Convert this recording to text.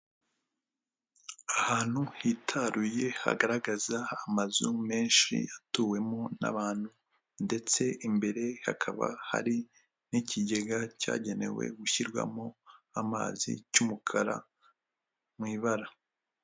Ahantu hitaruye hagaragaza amazu menshi atuwemo n'abantu ndetse imbere hakaba hari n'ikigega cyagenewe gushyirwamo amazi cy'umukara mu ibara.